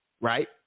right